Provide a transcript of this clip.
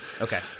Okay